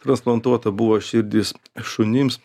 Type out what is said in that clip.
transplantuota buvo širdys šunims